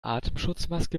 atemschutzmaske